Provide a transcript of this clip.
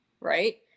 right